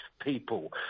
people